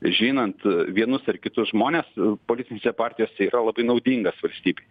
žinant vienus ar kitus žmones politinėse partijose yra labai naudingas valstybei